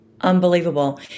Unbelievable